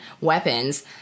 weapons